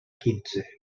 quinze